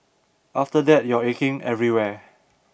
after that you're aching everywhere